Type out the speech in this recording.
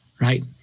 right